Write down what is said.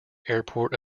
airport